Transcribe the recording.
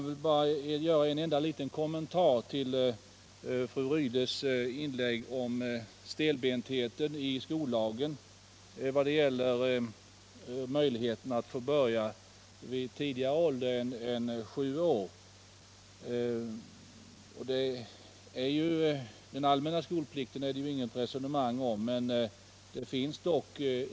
Jag vill bara göra en enda kommentar till fru Rydles inlägg om, som Nr 28 det Uttrycktes;. stelbentheten i skollagen i vad gäller möjligheten för en Onsdagen den elev att få börja vid tidigare ålder än sju år. Den allmänna skolplikten 16 november 1977 är det ju ingen diskussion om.